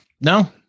No